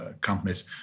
companies